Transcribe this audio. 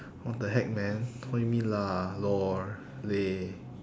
what the heck man what you mean lah lor leh